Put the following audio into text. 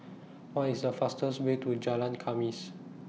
What IS The fastest Way to Jalan Khamis